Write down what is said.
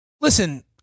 Listen